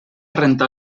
rentar